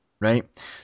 Right